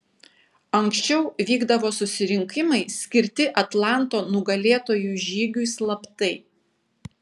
anksčiau vykdavo susirinkimai skirti atlanto nugalėtojų žygiui slaptai